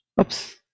Oops